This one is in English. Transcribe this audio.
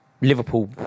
Liverpool